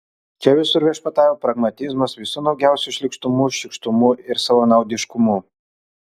čia visur viešpatauja pragmatizmas visu nuogiausiu šlykštumu šykštumu ir savanaudiškumu